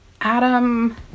Adam